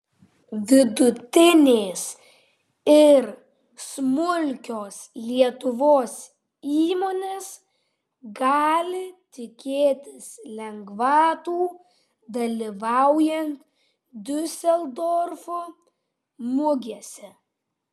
vidutinės ir smulkios lietuvos įmonės gali tikėtis lengvatų dalyvaujant diuseldorfo mugėse